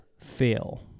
fail